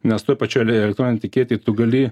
nes toj pačioj elektroninėj etiketėj tu gali